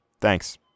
Thanks